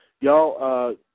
y'all